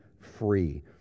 free